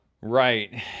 Right